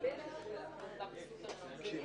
ומבחינתו בקשישים,